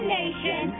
nation